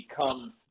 become